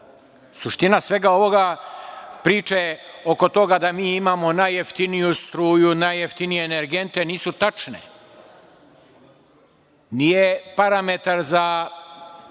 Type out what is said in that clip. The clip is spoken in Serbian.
suština svega ovoga. Priče oko toga da mi imamo najjeftiniju struju, najjeftinije energente nisu tačne. Nije parametar za